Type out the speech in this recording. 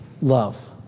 love